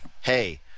Hey